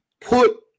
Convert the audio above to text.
put